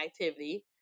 activity